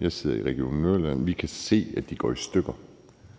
Jeg sidder i Region Nordjylland. Vi kan se, at de går i stykker.